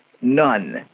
none